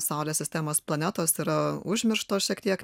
saulės sistemos planetos yra užmirštos šiek tiek